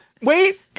wait